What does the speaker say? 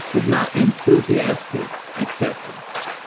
if not enthusiastic acceptance